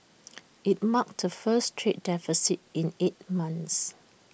IT marked the first trade deficit in eight months